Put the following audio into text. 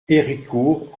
héricourt